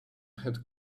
had